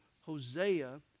Hosea